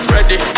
Ready